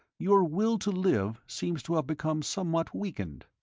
your will to live seems to have become somewhat weakened.